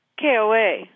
KOA